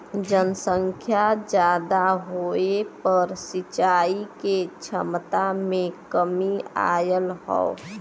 जनसंख्या जादा होये पर सिंचाई के छमता में कमी आयल हौ